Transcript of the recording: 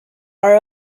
are